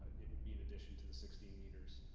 it would be in addition to the sixteen meters,